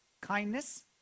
Kindness